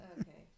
Okay